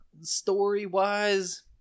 story-wise